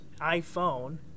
iPhone